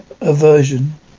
aversion